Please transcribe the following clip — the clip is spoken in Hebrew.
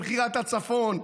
במכירת הצפון,